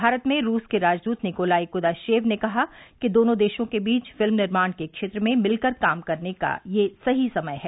भारत में रूस के राजदूत निकोलाई कुदारोव ने कहा कि दोनों देशों के बीच फिल्म निर्माण के क्षेत्र में मिलकर काम करने का यह सही समय है